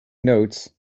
notes